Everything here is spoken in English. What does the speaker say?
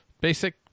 Basic